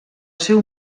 seu